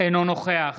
אינו נוכח